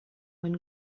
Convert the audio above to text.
when